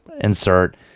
insert